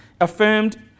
Affirmed